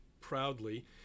proudly